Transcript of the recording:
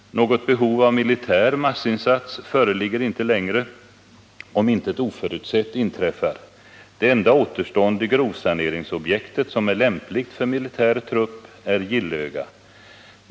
Något behov av militär massinsats föreligger inte längre, om intet oförutsett inträffar. Det enda återstående grovsaneringsobjekt som är lämpligt för militär trupp är Gillöga.